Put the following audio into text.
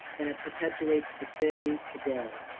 and it perpetuates disparity today.